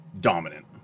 dominant